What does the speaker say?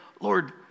Lord